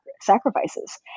sacrifices